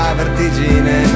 vertigine